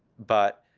but